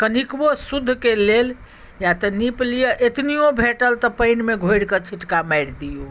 तऽ कनिकबो शुद्धके लेल या तऽ निप लिअ अतनियौ भेटल तऽ पानिमे घोरिकऽ छिँटका मारि दियौ